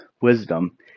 wisdom